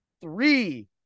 three